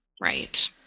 Right